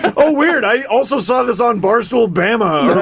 oh, weird, i also saw this on barstool bama.